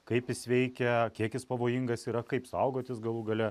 kaip jis veikia kiek jis pavojingas yra kaip saugotis galų gale